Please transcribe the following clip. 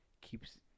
keeps